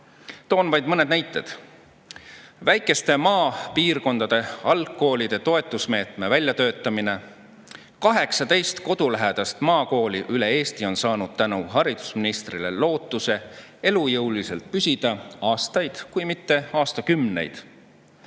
Toon vaid mõned näited. Väikeste maa-algkoolide toetusmeetme väljatöötamine: 18 kodulähedast maakooli üle Eesti on saanud tänu haridusministrile lootuse püsida elujõulisena aastaid, kui mitte aastakümneid.